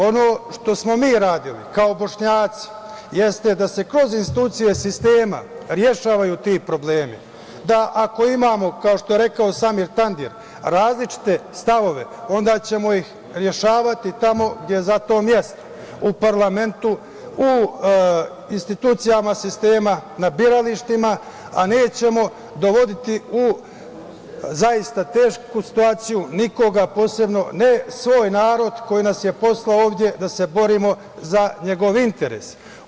Ono što smo mi radili kao Bošnjaci jeste da se kroz institucije sistema rešavaju ti problemi, da ako imamo, kao što je rekao Samir Tandir, različite stavove, onda ćemo ih rešavati tamo gde je za to mesto – u parlamentu, u institucijama sistema, na biralištima, a nećemo dovoditi u zaista tešku situaciju nikoga, posebno ne svoj narod koji nas je poslao ovde da se borimo za njegov interes.